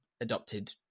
adopted